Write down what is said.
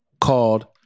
called